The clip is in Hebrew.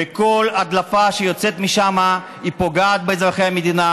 וכל הדלפה שיוצאת משם פוגעת באזרחי המדינה